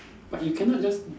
but you cannot just